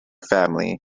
family